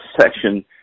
section